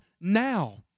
now